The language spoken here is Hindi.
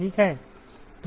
ठीक है